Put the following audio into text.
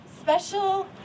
special